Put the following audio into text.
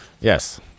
Yes